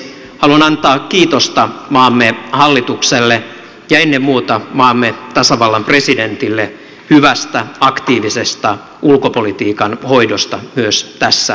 haluan antaa kiitosta maamme hallitukselle ja ennen muuta maamme tasavallan presidentille hyvästä aktiivisesta ulkopolitiikan hoidosta myös tässä kriisitilanteessa